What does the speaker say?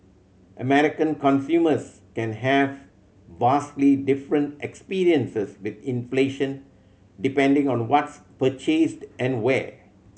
American consumers can have vastly different experiences with inflation depending on what's purchased and where